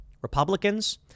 Republicans